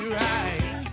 right